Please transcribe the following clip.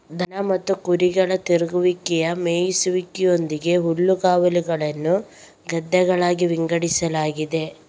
ದನ ಮತ್ತು ಕುರಿಗಳ ತಿರುಗುವಿಕೆಯ ಮೇಯಿಸುವಿಕೆಯೊಂದಿಗೆ ಹುಲ್ಲುಗಾವಲುಗಳನ್ನು ಗದ್ದೆಗಳಾಗಿ ವಿಂಗಡಿಸಲಾಗಿದೆ